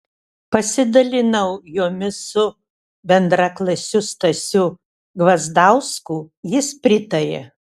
pasidalinau jomis su bendraklasiu stasiu gvazdausku jis pritarė